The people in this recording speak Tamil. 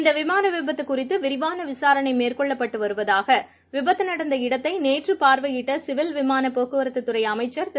இந்தவிமானவிபத்துகுறித்துவிரிவானவிசாரணைமேற்கொள்ளப்பட்டுவருவதாகவிபத்துநடந்தநேற்றுபார்ளை வயிட்டசிவில் விமானபோக்குவரத்துத் துறைஅமைச்சர் திரு